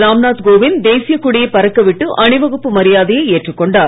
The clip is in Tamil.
ராம் நாத் கோவிந்த் தேசிய கொடியை பறக்கவிட்டு அணிவகுப்பு மரியாதையை ஏற்றுக் கொண்டார்